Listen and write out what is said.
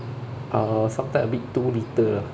uh sometimes a bit too little ah